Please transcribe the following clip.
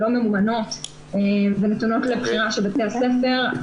לא ממומנות ונתונות לבחירה של בתי הספר.